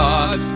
God